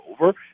over